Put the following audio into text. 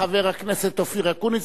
חבר הכנסת אופיר אקוניס,